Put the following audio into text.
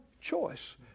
choice